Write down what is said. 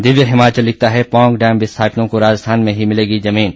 दिव्य हिमाचल लिखता है पौंग डैम विस्थापितों को राजस्थान में ही मिलेगी जमीन